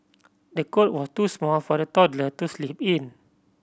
the cot was too small for the toddler to sleep in